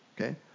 Okay